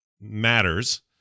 matters